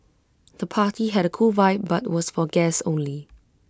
the party had A cool vibe but was for guests only